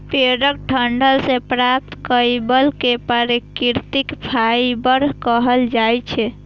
पेड़क डंठल सं प्राप्त फाइबर कें प्राकृतिक फाइबर कहल जाइ छै